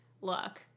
Look